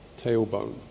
tailbone